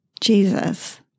Jesus